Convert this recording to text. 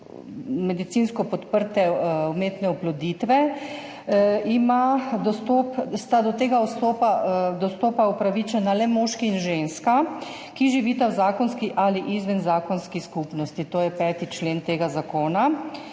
medicinsko podprte umetne oploditve, sta do tega dostopa upravičena le moški in ženska, ki živita v zakonski ali izvenzakonski skupnosti, to je 5. člen tega zakona.